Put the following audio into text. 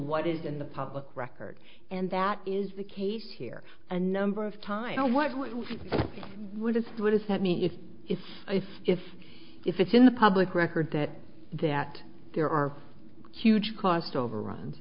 what is in the public record and that is the case here a number of times what wouldst what does that mean if if if if if it's in the public record that that there are huge cost overrun